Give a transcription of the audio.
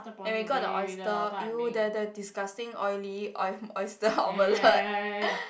and we got the oyster !eww! the the disgusting oily oy~ oyster omelette